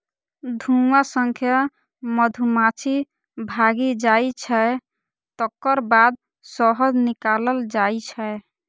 धुआं सं मधुमाछी भागि जाइ छै, तकर बाद शहद निकालल जाइ छै